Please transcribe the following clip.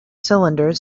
cylinder